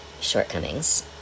shortcomings